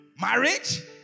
Marriage